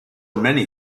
many